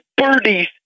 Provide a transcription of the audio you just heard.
birdies